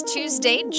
Tuesday